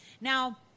Now